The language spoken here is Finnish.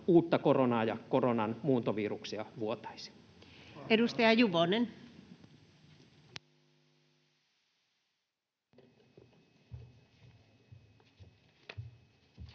uutta koronaa ja koronan muuntoviruksia vuotaisi. [Speech